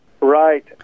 Right